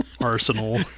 Arsenal